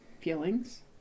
feelings